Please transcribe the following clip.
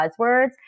buzzwords